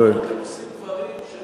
לא יעזור, אתם עושים דברים שאין